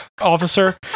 officer